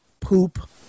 poop